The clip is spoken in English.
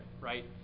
Right